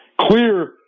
clear